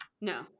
No